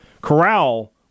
Corral